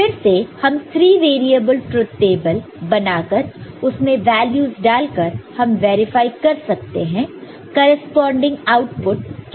फिर से हम 3 वेरिएबल ट्रुथ टेबल बनाकर उस में वैल्यूस डालकर हम वेरीफाई कर सकते हैं करेस्पॉन्डिंग् आउटपुट कैलकुलेट करके